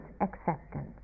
acceptance